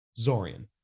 Zorian